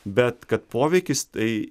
bet kad poveikis tai